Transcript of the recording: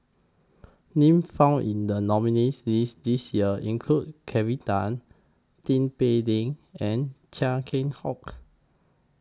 Names found in The nominees' list This Year include Kelvin Tan Tin Pei Ling and Chia Keng Hock